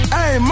Hey